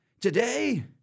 Today